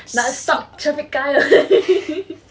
nak stalk syafiq kyle